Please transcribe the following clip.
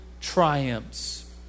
triumphs